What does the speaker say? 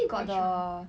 which one